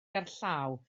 gerllaw